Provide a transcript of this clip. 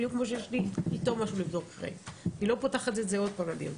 אני לא פותחת את זה עוד פעם, אני אומרת.